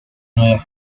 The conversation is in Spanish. nuevas